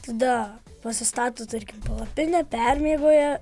tada pasistato tarkim palapinę permiegoja